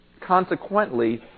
Consequently